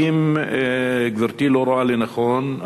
האם גברתי לא רואה לנכון,